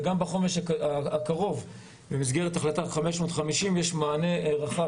וגם בחומש הקרוב במסגרת החלטה 550 יש מענה רחב